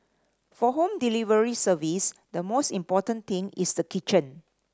for home delivery service the most important thing is the kitchen